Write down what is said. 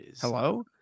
Hello